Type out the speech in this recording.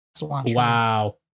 Wow